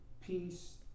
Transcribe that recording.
peace